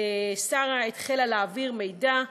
שרה התחילה להעביר מידע.